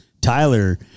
Tyler